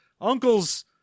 uncle's